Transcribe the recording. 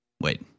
Wait